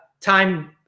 time